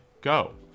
go